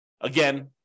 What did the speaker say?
Again